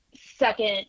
second